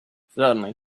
suddenly